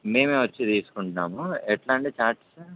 మేమే వచ్చి తీసుకుంటాము ఎట్లా అండి చార్ట్స్